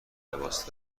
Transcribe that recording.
لباس